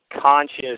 conscious